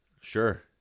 Sure